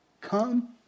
Come